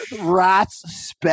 rats